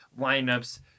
lineups